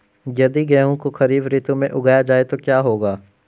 यदि गेहूँ को खरीफ ऋतु में उगाया जाए तो क्या होगा?